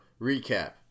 recap